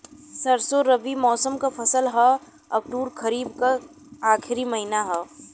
सरसो रबी मौसम क फसल हव अक्टूबर खरीफ क आखिर महीना हव